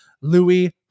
Louis